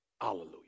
Hallelujah